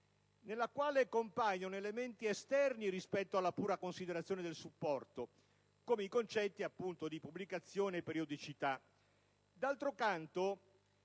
nella quale compaiono elementi esterni rispetto alla pura considerazione del supporto, come i concetti di pubblicazione e periodicità.